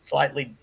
Slightly